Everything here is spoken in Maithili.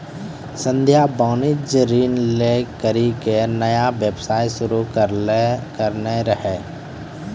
संध्या वाणिज्यिक ऋण लै करि के नया व्यवसाय शुरू करने रहै